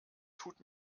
tut